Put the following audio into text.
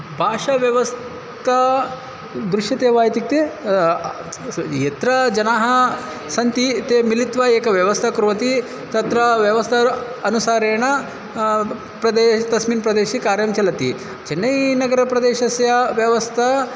भाषाव्यवस्था दृश्यते वा इत्युक्ते यत्र जनाः सन्ति ते मिलित्वा एकव्यवस्था कुर्वन्ति तत्र व्यवस्था अनुसारेण प्रदेशे तस्मिन् प्रदेशे कार्यं चलति चेन्नैनगरप्रदेशस्य व्यवस्था